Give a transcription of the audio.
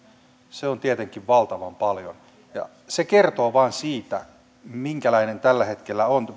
se on tietenkin valtavan paljon ja se kertoo vain siitä minkälainen tilanne tällä hetkellä on